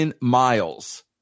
miles